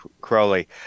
Crowley